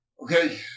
Okay